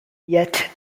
yet